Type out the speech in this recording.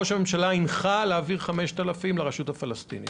ראש הממשלה הנחה להעביר 5,000 לרשות הפלסטינית.